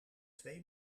twee